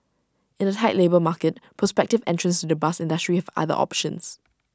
in A tight labour market prospective entrants to the bus industry have other options